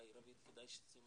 רוית, אולי כדאי שתשימי